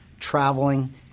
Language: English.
traveling